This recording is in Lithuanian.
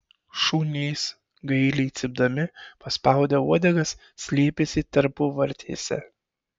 šunys gailiai cypdami paspaudę uodegas slėpėsi tarpuvartėse